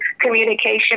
communication